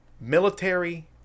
military